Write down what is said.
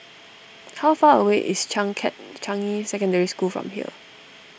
how far away is Changkat Changi Secondary School from here